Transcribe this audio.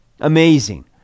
Amazing